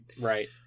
Right